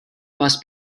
must